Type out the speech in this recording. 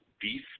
beef